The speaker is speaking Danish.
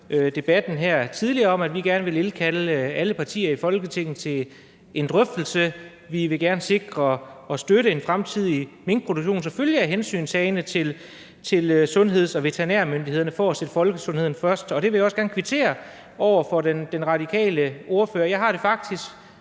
debatten her tidligere om, at vi gerne vil indkalde alle partier i Folketinget til en drøftelse. Vi vil gerne sikre og støtte en fremtidig minkproduktion, selvfølgelig under hensyntagen til sundheds- og veterinærmyndighedernes anbefalinger for at sætte folkesundheden først. Det vil jeg også gerne kvittere for over for den radikale ordfører. Jeg har det faktisk